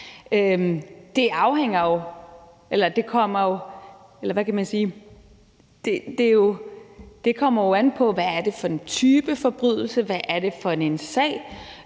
Det kommer jo an på, hvad det er for en type forbrydelse, og hvad det er for en sag.